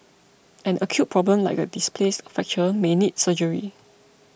an acute problem like a displaced fracture may need surgery